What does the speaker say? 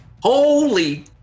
Holy